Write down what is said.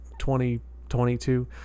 2022